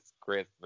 Christmas